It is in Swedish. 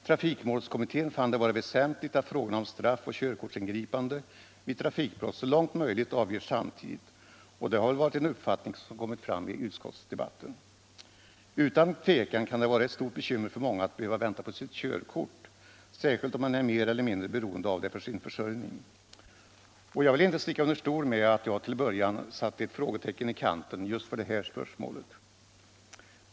Trafikmålskommittén fann det vara väsentligt att frågorna om straff och körkortsingripande vid trafikbrott så långt möjligt avgörs samtidigt, och det har väl varit en uppfattning som kommit fram i utskottsdebatten. Utan tvivel kan det vara ett stort bekymmer för många att behöva vänta på sitt körkort, särskilt om man är mer eller mindre beroende av det för sin försörjning. Och jag vill inte sticka under stol med att jag till en början satte ett frågetecken i kanten just för det här spörsmålet.